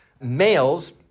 males